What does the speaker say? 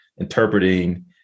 interpreting